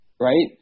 right